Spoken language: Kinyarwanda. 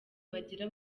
bagira